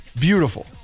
beautiful